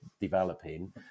developing